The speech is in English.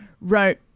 wrote